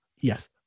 Yes